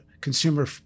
Consumer